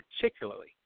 particularly